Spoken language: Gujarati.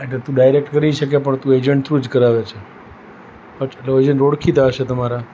એટલે તું ડાયરેક કરી શકે પણ તું એજન્ટ થ્રુ જ કરાવે છે અચ્છા તો એજન્ટ ઓળખીતા હશે તમારા